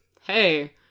hey